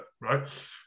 right